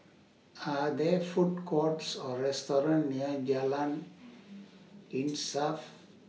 Are There Food Courts Or restaurants near Jalan Insaf